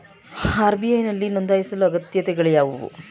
RBI ನಲ್ಲಿ ನೊಂದಾಯಿಸಲು ಅಗತ್ಯತೆಗಳು ಯಾವುವು?